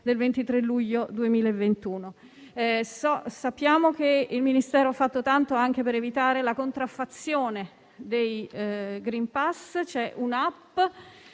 del 23 luglio 2021. Sappiamo che Il Ministero ha fatto tanto anche per evitare la contraffazione dei *green pass*. C'è un'*app*